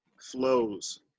Flows